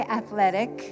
athletic